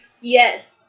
Yes